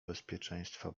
bezpieczeństwa